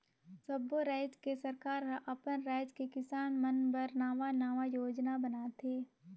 सब्बो रायज के सरकार हर अपन राज के किसान मन बर नांवा नांवा योजना बनाथे